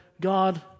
God